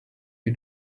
you